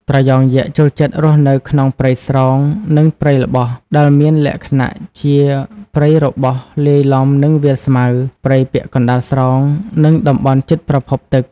ត្រយងយក្សចូលចិត្តរស់នៅក្នុង ព្រៃស្រោង និង ព្រៃល្បោះ ដែលមានលក្ខណៈជា ព្រៃរបោះលាយឡំនឹងវាលស្មៅ ព្រៃពាក់កណ្តាលស្រោង និងតំបន់ជិតប្រភពទឹក។